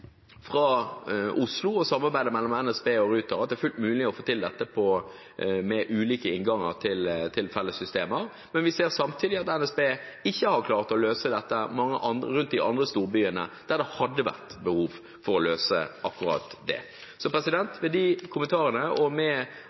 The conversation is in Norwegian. fra Oslo og samarbeidet mellom NSB og Ruter at det er fullt mulig å få til dette med ulike innganger til felles systemer, men vi ser samtidig at NSB ikke har klart å løse dette rundt de andre storbyene, der det hadde vært behov for å løse akkurat det. Det var noen generelle kommentarer fra SV, vi sitter jo ikke i komiteen – og